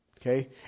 Okay